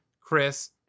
Chris